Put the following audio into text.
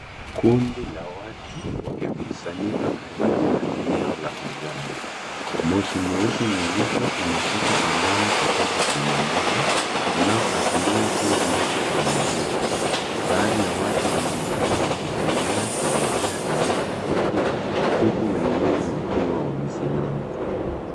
Kundi la watu wakikusanyika karibu na eneo la ajali. Moshi mweusi, mzito, unafuka angani kutoka kwenye moto, unaoashiria kuwa moto umezuka. Baadhi ya watu wanaonekana wakitembea kuelekea eneo la tukio, huku wengine wakiwa wamesimama.